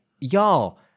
y'all